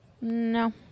No